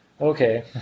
Okay